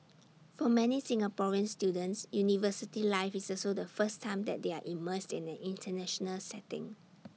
for many Singaporean students university life is also the first time that they are immersed in an International setting